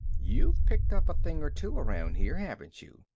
you've picked up a thing or two around here, haven't you?